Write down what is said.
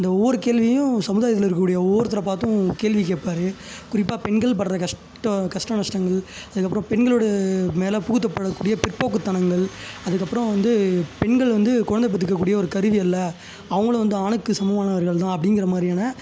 அந்த ஒவ்வொரு கேள்வியையும் சமுதாயத்தில் இருக்கக்கூடிய ஒவ்வொருத்தரைப் பார்த்தும் கேள்வி கேப்பார் குறிப்பாக பெண்கள் படுற கஷ்டம் கஷ்டம் நஷ்டங்கள் அதுக்கப்புறம் பெண்களோட மேலே புகுத்தப்படக்கூடிய பிற்போக்குத் தணங்கள் அதுக்கப்புறம் வந்து பெண்கள் வந்து குழந்த பெத்துக்கக்கூடிய ஒரு கருவி அல்ல அவங்களும் வந்து ஆணுக்கு சமமானவர்கள் தான் அப்படிங்கிற மாதிரியான